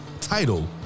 title